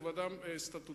זה ועדה סטטוטורית.